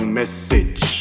message